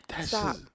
Stop